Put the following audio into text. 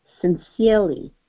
sincerely